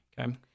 Okay